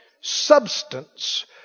substance